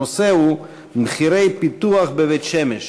הנושא הוא: מחירי פיתוח בבית-שמש.